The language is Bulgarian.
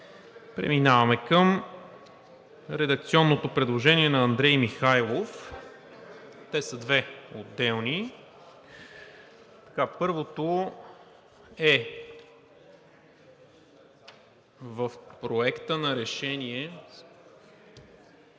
Преминаваме към редакционното предложение на Андрей Михайлов – те са две отделни. Първото предложение е в Проекта на решение